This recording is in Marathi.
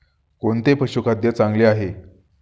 कोणते पशुखाद्य चांगले आहे?